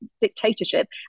dictatorship